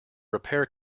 repair